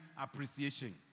appreciation